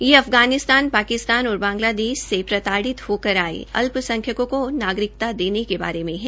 ये अफगानिस्तान पाकिस्तान और बांगलादेश से प्रताडित होकर आये अल्पसंख्यकों को नागरिकता देने के बारे में है